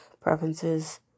preferences